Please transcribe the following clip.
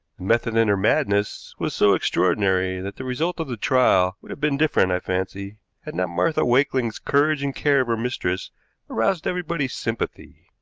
method in her madness was so extraordinary that the result of the trial would have been different, i fancy, had not martha wakeling's courage and care of her mistress aroused everybody's sympathy.